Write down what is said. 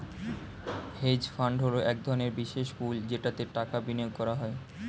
hedge fund হলো এক ধরনের বিশেষ পুল যেটাতে টাকা বিনিয়োগ করা হয়